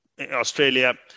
Australia